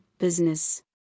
business